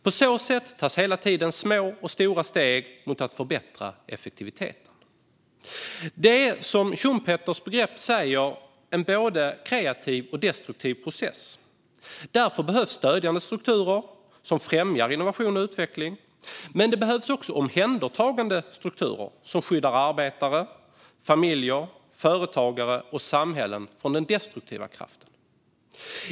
På så sätt tas hela tiden små och stora steg mot att förbättra effektiviteten. Det är, som Schumpeters begrepp säger, en både kreativ och destruktiv process. Därför behövs stödjande strukturer som främjar innovation och utveckling. Men det behövs också omhändertagande strukturer som skyddar arbetare, familjer, företagare och samhällen från den destruktiva kraften.